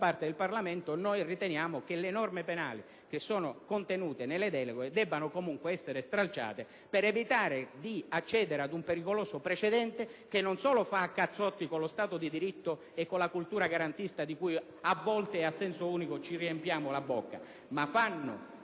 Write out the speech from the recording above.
parte del Parlamento, noi riteniamo che le norme penali contenute nelle deleghe debbano comunque essere stralciate, per evitare di accedere ad un pericoloso precedente, che fa a cazzotti non solo con lo Stato di diritto e con la cultura garantista di cui, a volte e a senso unico, ci riempiamo la bocca, ma anche